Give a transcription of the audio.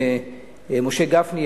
משה גפני,